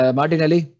Martinelli